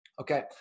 Okay